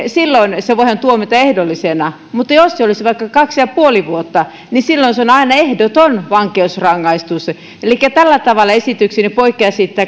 silloin se voidaan tuomita ehdollisena mutta jos se olisi vaikka kaksi pilkku viisi vuotta niin silloin se on aina ehdoton vankeusrangaistus elikkä tällä tavalla esitykseni poikkeaa